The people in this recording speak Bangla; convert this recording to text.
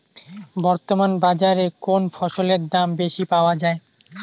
বর্তমান বাজারে কোন ফসলের দাম বেশি পাওয়া য়ায়?